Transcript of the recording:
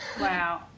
Wow